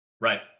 Right